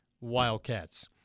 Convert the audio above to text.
Wildcats